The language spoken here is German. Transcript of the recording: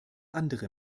andere